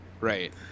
Right